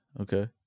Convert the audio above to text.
Okay